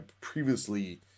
previously